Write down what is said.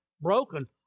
broken